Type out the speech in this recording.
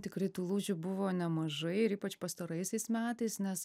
tikrai tų lūžių buvo nemažai ir ypač pastaraisiais metais nes